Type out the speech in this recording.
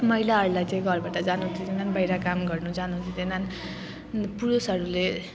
महिलाहरूलाई चाहिँ घरबाट जानु दिन्नन् बाहिर काम गर्नु जानु दिँदैनन् पुरुषहरूले